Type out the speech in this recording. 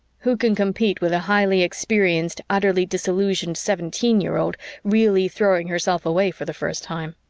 who can compete with a highly experienced, utterly disillusioned seventeen-year-old really throwing herself away for the first time?